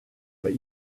but